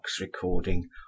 recording